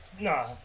Nah